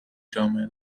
جامعه